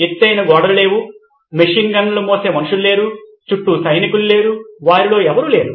ఎత్తైన గోడలు లేవు మెషిన్ గన్ మోసే మనుషులు లేరు చుట్టూ సైనికులు లేరు వారిలో ఎవరూ లేరు